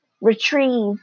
retrieve